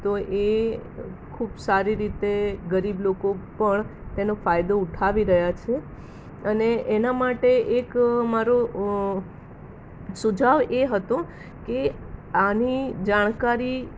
તો એ ખૂબ સારી રીતે ગરીબ લોકો પણ તેનો ફાયદો ઉઠાવી રહ્યાં છે અને એના માટે એક મારો સુઝાવ એ હતો કે આની જાણકારી